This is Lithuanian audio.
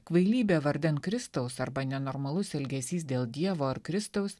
kvailybė vardan kristaus arba nenormalus elgesys dėl dievo ar kristaus